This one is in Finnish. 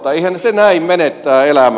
eihän se näin mene tämä elämä